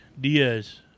Diaz